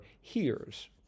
hears